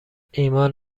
ایمان